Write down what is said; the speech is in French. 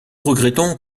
regrettons